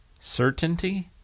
certainty